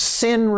sin